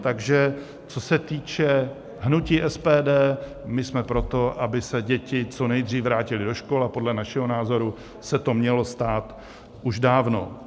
Takže co se týče hnutí SPD, my jsme pro to, aby se děti co nejdříve vrátily do škol, a podle našeho názoru se to mělo stát už dávno.